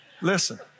Listen